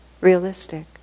realistic